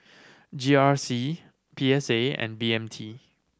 G R C P S A and B M T